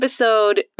episode